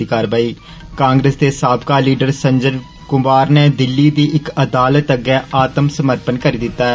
कांग्रेस दे साबका लीडर सज्जन कुमार नै दिल्ली दी इक अदालत अग्गे आत्म समर्पण करी दित्ता ऐ